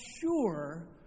sure